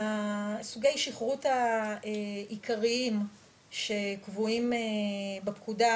סוגי השכרות העיקריים שקבועים בפקודה,